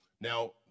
Now